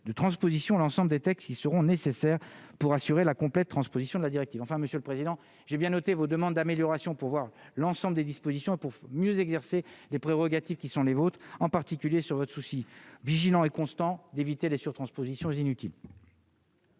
de transposition, l'ensemble des textes qui seront nécessaires pour assurer la complète transposition de la directive enfin monsieur le Président, j'ai bien noté vos demandes d'amélioration pour voir l'ensemble des dispositions pour mieux exercer les prérogatives qui sont les vôtres, en particulier sur votre souci vigilant et constant d'éviter les surtranspositions inutiles.